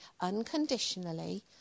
unconditionally